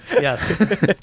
Yes